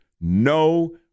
no